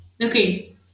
Okay